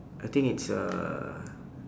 I think it's a